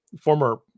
former